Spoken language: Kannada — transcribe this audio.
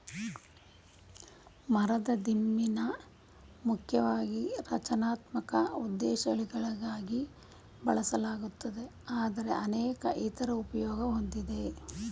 ಮರದ ದಿಮ್ಮಿನ ಮುಖ್ಯವಾಗಿ ರಚನಾತ್ಮಕ ಉದ್ದೇಶಗಳಿಗಾಗಿ ಬಳಸಲಾಗುತ್ತದೆ ಆದರೆ ಅನೇಕ ಇತರ ಉಪಯೋಗ ಹೊಂದಿದೆ